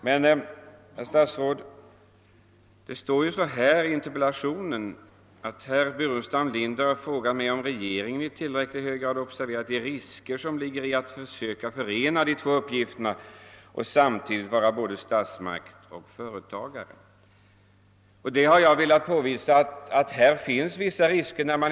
Men, herr statsråd, det står ju följande i interpellationssvaret: >Herr Burenstam Linder har frågat mig om regeringen i tillräckligt hög grad observerat de risker som ligger i att försöka förena de två uppgifterna att samtidigt vara både statsmakt och företagare.» Jag har velat påvisa att här finns vissa risker.